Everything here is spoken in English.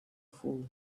fool